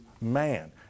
man